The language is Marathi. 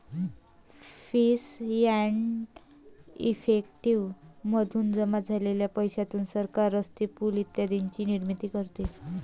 फीस एंड इफेक्टिव मधून जमा झालेल्या पैशातून सरकार रस्ते, पूल इत्यादींची निर्मिती करते